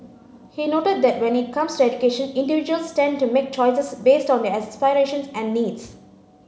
he noted that when it comes to education individuals tend to make choices based on their aspirations and needs